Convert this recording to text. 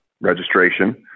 registration